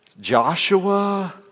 Joshua